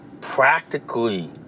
practically